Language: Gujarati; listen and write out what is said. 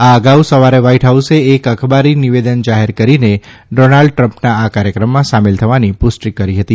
આ અગાઉ સવારે વ્હાઇટ હાઉસે એક અખબારી નિવેદન જાહેર કરીને ડોનાલ્ડ દ્રમ્પના આ કાર્યક્રમમાં સામેલ થવાની પુષ્ટિ કરી હતી